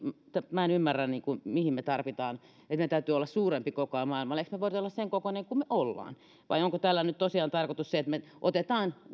minä en ymmärrä mihin me tarvitsemme että meidän täytyy olla suurempi kokoamme maailmalla emmekö me voi olla sen kokoinen kuin me olemme vai onko nyt tosiaan tarkoitus se että me otamme